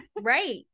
Right